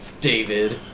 David